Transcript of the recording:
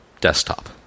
desktop